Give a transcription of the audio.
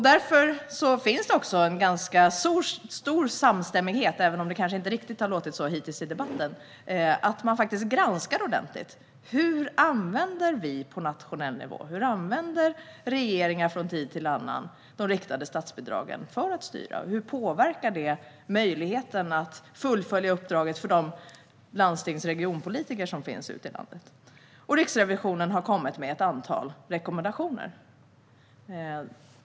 Det råder därför ganska stor samstämmighet, även om det kanske inte riktigt har låtit så hittills i debatten, om att man ordentligt ska granska hur regeringar från tid till annan använder de riktade statsbidragen för att styra på nationell nivå. Hur påverkar detta möjligheten att fullfölja uppdraget för landstings och regionpolitikerna ute i landet? Riksrevisionen har kommit med ett antal rekommendationer.